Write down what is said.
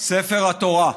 ספר התורה.